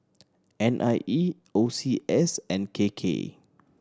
N I E O C S and K K